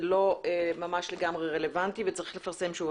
לא ממש לגמרי רלוונטי וצריך לפרסם שוב,